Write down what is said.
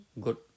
good